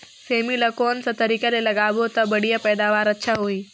सेमी ला कोन सा तरीका ले लगाबो ता बढ़िया पैदावार अच्छा होही?